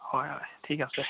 হয় হয় ঠিক আছে